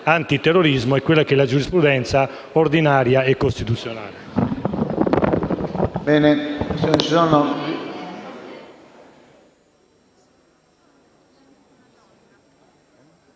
antiterrorismo e per quella che è la giurisprudenza ordinaria e costituzionale.